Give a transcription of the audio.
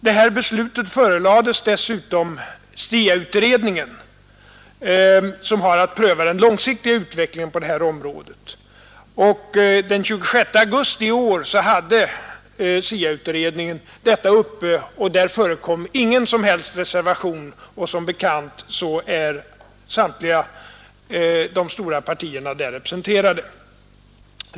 Detta beslut förelades dessutom SIA-utredningen, som har att pröva den långsiktiga utvecklingen på det här området. Den 26 augusti i år hade SIA-utredningen ärendet uppe, och då förekom ingen som helst reservation — som bekant är samtliga stora partier representerade där.